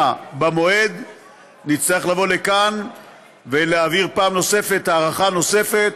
במועד נצטרך לבוא לכאן ולהעביר פעם נוספת,